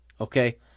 okay